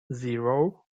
zero